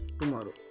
tomorrow